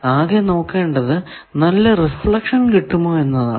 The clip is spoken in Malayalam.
ആകെ നോക്കേണ്ടത് നല്ല റിഫ്ലക്ഷൻ കിട്ടുമോ എന്നതാണ്